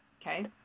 okay